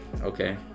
Okay